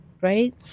right